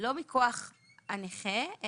לא מכוח הנכה,